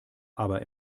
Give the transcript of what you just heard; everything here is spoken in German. aber